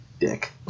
Dick